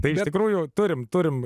bet kraujo turime turime